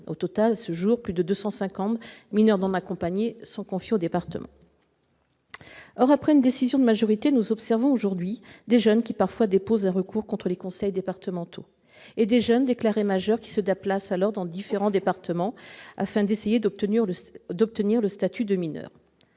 Au total, à ce jour, plus de 250 mineurs non accompagnés sont confiés au département. Or, après une décision de majorité, nous observons aujourd'hui des jeunes qui déposent parfois un recours contre les conseils départementaux et des jeunes déclarés majeurs qui se déplacent dans différents départements afin d'essayer d'obtenir le statut de mineur.